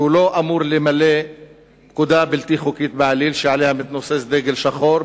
שהוא לא אמור למלא פקודה בלתי חוקית בעליל שמעליה מתנוסס דגל שחור,